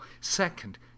Second